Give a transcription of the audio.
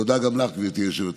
תודה גם לך, גברתי היושבת-ראש.